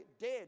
dead